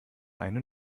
eine